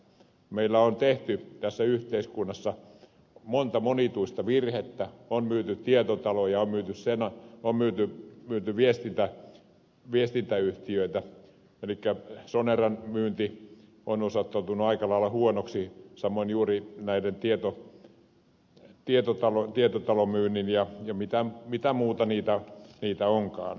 meillä on tehty tässä yhteiskunnassa monta monituista virhettä on myyty tietotaloja on myyty viestintäyhtiöitä elikkä soneran myynti on osoittautunut aika lailla huonoksi teoksi samoin juuri tämä tietotalomyynti ja mitä muita niitä onkaan